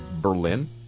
Berlin